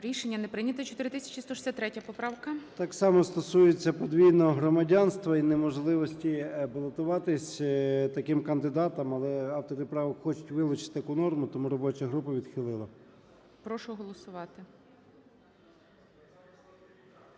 Рішення не прийнято. 4163 поправка. 10:51:27 ЧЕРНЕНКО О.М. Так само, стосується подвійного громадянства і неможливості балотуватись таким кандидатам, але автори правок хочуть вилучити таку норму, тому робоча група відхилила. ГОЛОВУЮЧИЙ. Прошу голосувати.